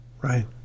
Right